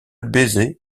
baiser